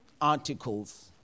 articles